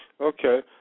Okay